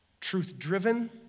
Truth-driven